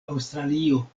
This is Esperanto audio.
aŭstralio